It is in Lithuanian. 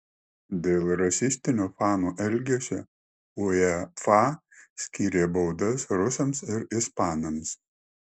dėl rasistinio fanų elgesio uefa skyrė baudas rusams ir ispanams